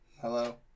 hello